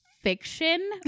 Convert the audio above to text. Fiction